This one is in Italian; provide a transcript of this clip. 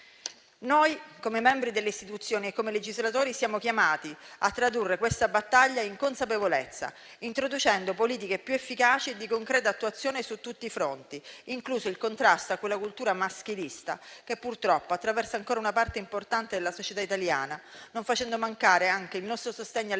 Noi, come membri delle istituzioni e come legislatori, siamo chiamati a tradurre questa battaglia in consapevolezza, introducendo politiche più efficaci e di concreta attuazione su tutti i fronti, incluso il contrasto a quella cultura maschilista che purtroppo attraversa ancora una parte importante della società italiana, non facendo mancare anche il nostro sostegno alle tante